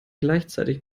gleichzeitig